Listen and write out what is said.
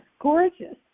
gorgeous